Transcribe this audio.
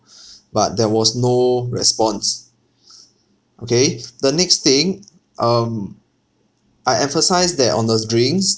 but there was no response okay the next thing um I emphasise that on the drinks